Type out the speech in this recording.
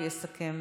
ויסכם